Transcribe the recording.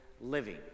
Living